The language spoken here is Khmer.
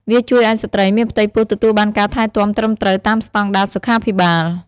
វាជួយឱ្យស្ត្រីមានផ្ទៃពោះទទួលបានការថែទាំត្រឹមត្រូវតាមស្តង់ដារសុខាភិបាល។